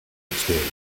exteriors